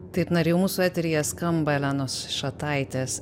taip na ir jau mūsų eteryje skamba elenos šataitės